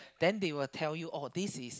then they will tell you oh this is